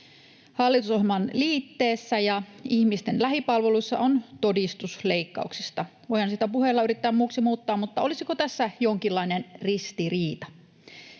Hallitusohjelman liitteessä ja ihmisten lähipalveluissa on todistus leikkauksista. Voihan sitä puheilla yrittää muuksi muuttaa, mutta olisiko tässä jonkinlainen ristiriita?